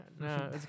No